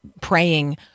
praying